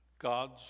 God's